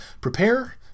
prepare